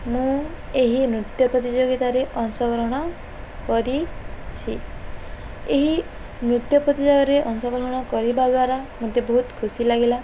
ମୁଁ ଏହି ନୃତ୍ୟ ପ୍ରତିଯୋଗିତାରେ ଅଂଶଗ୍ରହଣ କରିଛି ଏହି ନୃତ୍ୟ ପ୍ରତିଯୋଗାରେ ଅଂଶଗ୍ରହଣ କରିବା ଦ୍ୱାରା ମୋତେ ବହୁତ ଖୁସି ଲାଗିଲା